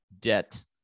debt